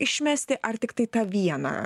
išmesti ar tiktai tą vieną